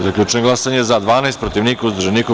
Zaključujem glasanje: za – 12, protiv – niko, uzdržanih – nema.